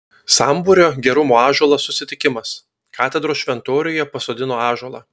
sambūrio gerumo ąžuolas susitikimas katedros šventoriuje pasodino ąžuolą